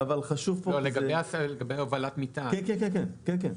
לגבי הובלת מטען.